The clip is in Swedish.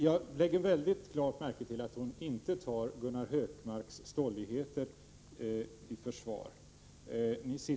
Jag lägger emellertid klart märke till att Anita Bråkenhielm inte tar Gunnar Hökmarks stolligheter i försvar.